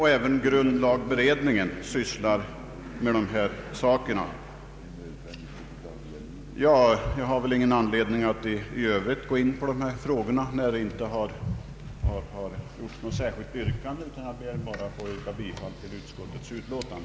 Även grundlagberedningen sysslar med denna fråga. Jag har ingen anledning att gå in på förslagen i de övriga motionerna, utan ber helt kort att få yrka bifall till utskottets utlåtande.